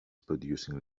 producing